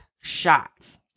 shots